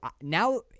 Now